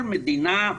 שבכל מדינה,